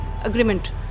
agreement